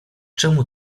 czemu